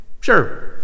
sure